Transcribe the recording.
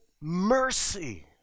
mercy